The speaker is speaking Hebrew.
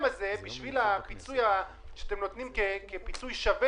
אבל בהסכם הזה של הפיצוי שאתם נותנים כפיצוי שווה